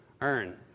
earn